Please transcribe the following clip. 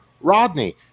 Rodney